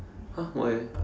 !huh! why eh